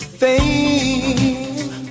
fame